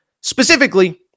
specifically